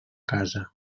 casa